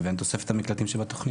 לבין תוספת המקלטים של התכנית.